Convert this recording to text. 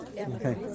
Okay